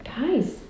guys